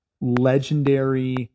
legendary